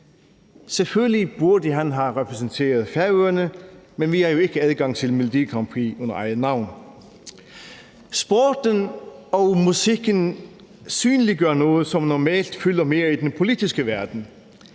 Selvfølgelig burde han have repræsenteret Færøerne, men vi har jo ikke adgang til melodigrandprix under eget navn. Sporten og musikken synliggør noget, som normalt fylder mere i den politiske verden,